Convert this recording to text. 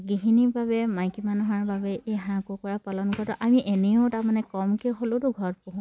গৃহিণীৰ বাবে মাইকী মানুহৰ বাবে এই হাঁহ কুকুৰা পালন কৰাতো আমি এনেও তাৰমানে কমকে হ'লেও ঘৰত পোহোঁ